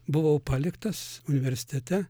buvau paliktas universitete